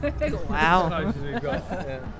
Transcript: wow